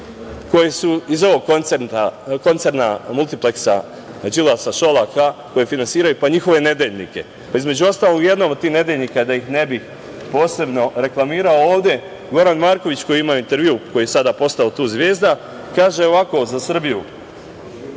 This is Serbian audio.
koje su iz ovog koncerna, multipleksa Đilasa, Šolaka koje finansiraju, pa njihove nedeljnike. Između ostalog u jednom od tih nedeljnika, da ih ne bi posebno reklamirao, Goran Marković koji je imao intervju, koji je sada postao zvezda, kaže za Srbiju